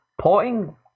porting